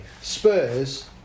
Spurs